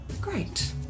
Great